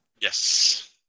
Yes